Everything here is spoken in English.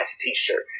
t-shirt